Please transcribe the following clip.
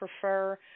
prefer